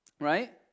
Right